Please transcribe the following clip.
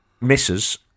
misses